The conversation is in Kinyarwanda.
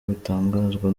bitangazwa